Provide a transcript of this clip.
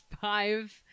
five